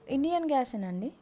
Indian గ్యాసేనా అండి